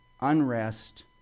unrest